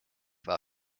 war